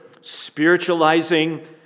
spiritualizing